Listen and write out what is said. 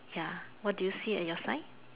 ya what do you see at your side